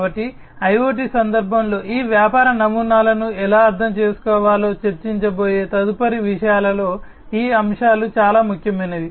కాబట్టి IoT సందర్భంలో ఈ వ్యాపార నమూనాలను ఎలా అర్థం చేసుకోవాలో చర్చించబోయే తదుపరి విషయాలలో ఈ అంశాలు చాలా ముఖ్యమైనవి